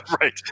Right